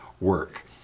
work